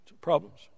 Problems